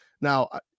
Now